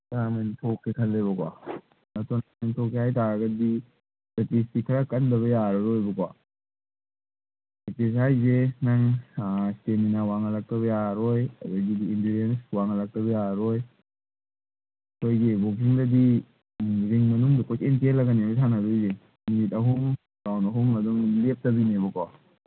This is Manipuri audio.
ꯇꯣꯔꯅꯥꯃꯦꯟ ꯊꯣꯛꯀꯦ ꯈꯜꯂꯦꯕꯀꯣ ꯑꯗꯣ ꯇꯣꯔꯅꯥꯃꯦꯟ ꯊꯣꯛꯀꯦ ꯍꯥꯏ ꯇꯥꯔꯒꯗꯤ ꯄ꯭ꯔꯦꯛꯇꯤꯁꯇꯤ ꯈꯔ ꯀꯟꯗꯕ ꯌꯥꯔꯔꯣꯏꯕꯀꯣ ꯄ꯭ꯔꯦꯛꯇꯤꯁ ꯍꯥꯏꯁꯦ ꯅꯪ ꯏꯁꯇꯦꯃꯤꯅꯥ ꯋꯥꯡꯍꯜꯂꯛꯇꯕ ꯌꯥꯔꯔꯣꯏ ꯑꯗꯒꯤꯗꯤ ꯏꯟꯗ꯭ꯔꯤꯖꯦꯟꯁ ꯋꯥꯡꯍꯜꯂꯛꯇꯕ ꯌꯥꯔꯔꯣꯏ ꯑꯩꯈꯣꯏꯒꯤ ꯕꯣꯛꯁꯤꯡꯗꯗꯤ ꯔꯤꯡ ꯃꯅꯨꯡꯗ ꯀꯣꯏꯆꯦꯟ ꯆꯦꯜꯂꯒꯅꯦꯕ ꯁꯥꯟꯅꯗꯣꯏꯁꯦ ꯃꯤꯅꯤꯠ ꯑꯍꯨꯝ ꯔꯥꯎꯟ ꯑꯍꯨꯝ ꯑꯗꯨꯝ ꯂꯦꯞꯇꯕꯤꯅꯦꯕꯀꯣ